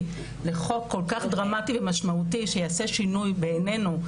לחוק כל כך דרמטי ומשמעותי שיעשה שינוי בעינינו,